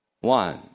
one